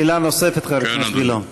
שאלה נוספת, חבר הכנסת גילאון.